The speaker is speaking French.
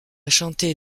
chanter